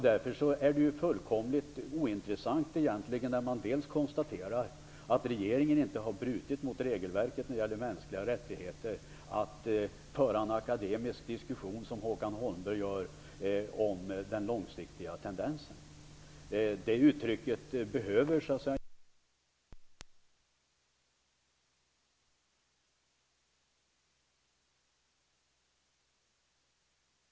När man väl har konstaterat att regeringen inte har brutit mot regelverket om mänskliga rättigheter är det egentligen fullkomligt ointressant att som Håkan Holmberg föra en akademisk diskussion om den långsiktiga tendensen. Det uttrycket behöver inte övertolkas på det sätt som Håkan Holmberg och reservanterna gör.